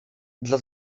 dla